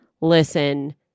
listen